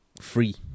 free